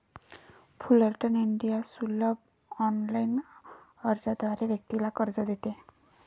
Fullerton India सुलभ online अर्जाद्वारे व्यक्तीला कर्ज देते